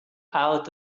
out